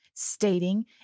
Stating